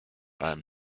alm